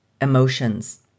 emotions